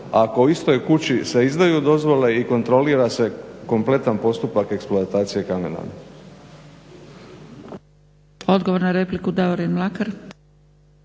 ako u istoj kući se izdaju dozvole i kontrolira se kompletan postupak eksploatacije kamena.